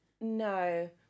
No